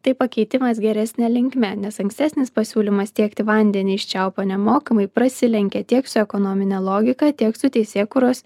tai pakeitimas geresne linkme nes ankstesnis pasiūlymas tiekti vandenį iš čiaupo nemokamai prasilenkia tiek su ekonomine logika tiek su teisėkūros